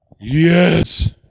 Yes